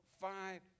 five